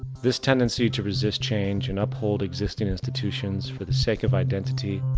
this tendency to resist change and uphold existing institutions for the sake of identity,